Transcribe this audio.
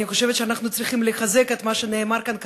אני חושבת שאנחנו צריכים לחזק את מה שנאמר כאן כרגע,